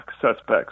suspects